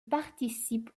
participe